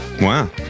Wow